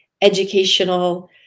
educational